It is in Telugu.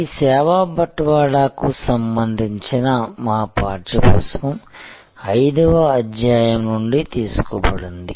ఈ సేవా బట్వాడా కి సంబంధించిన మా పాఠ్య పుస్తకం 5 వ అధ్యాయం నుండి తీసుకోబడింది